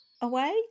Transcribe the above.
away